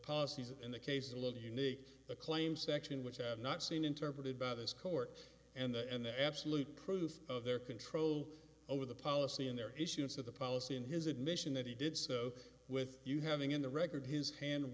policies in the case a little unique a claim section which i have not seen interpreted by this court and the absolute proof of their control over the policy in their issuance of the policy and his admission that he did so with you having in the record his hand